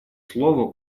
слово